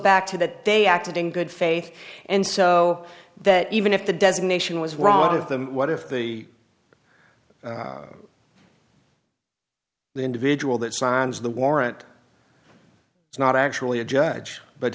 back to that they acted in good faith and so that even if the designation was wrong of them what if the individual that signs the warrant is not actually a judge but